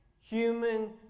human